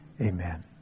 Amen